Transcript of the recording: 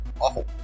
Awful